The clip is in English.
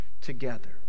together